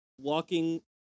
walking